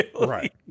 right